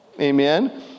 amen